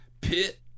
pit